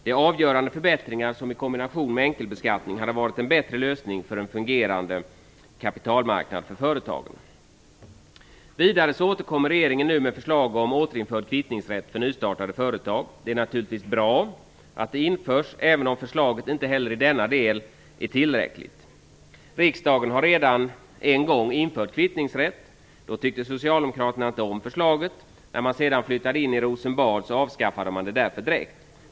Det är avgörande förbättringar som i kombination med enkelbeskattning hade varit en bättre lösning för en fungerande kapitalmarknad för företagen. Vidare återkommer regeringen nu med förslag om återinförd kvittningsrätt för nystartade företag. Det är naturligtvis bra att det införs även om förslaget inte heller i denna del är tillräckligt. Riksdagen har redan en gång infört kvittningsrätt. Då tyckte socialdemokraterna inte om förslaget. När man sedan flyttade in i Rosenbad avskaffade man det direkt.